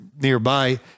nearby